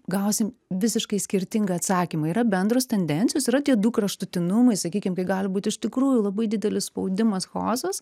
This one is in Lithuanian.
gausim visiškai skirtingą atsakymą yra bendros tendencijos yra tie du kraštutinumai sakykim kai gali būt iš tikrųjų labai didelis spaudimas chaosas